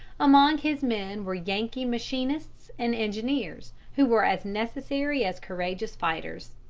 among his men were yankee machinists and engineers, who were as necessary as courageous fighters.